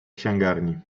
księgarni